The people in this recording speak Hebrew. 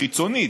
חיצונית,